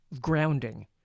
grounding